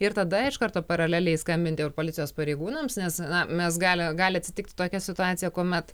ir tada iš karto paraleliai skambinti ir policijos pareigūnams nes na mes galime gali atsitikti tokia situacija kuomet